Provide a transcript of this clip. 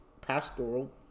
pastoral